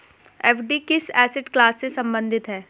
FD किस asset class से संबंधित है?